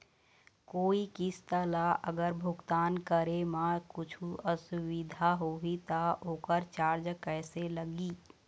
कोई किस्त ला अगर भुगतान करे म कुछू असुविधा होही त ओकर चार्ज कैसे लगी?